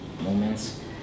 moments